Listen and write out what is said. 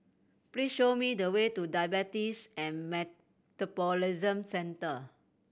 please show me the way to Diabetes and Metabolism Centre